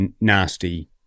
nasty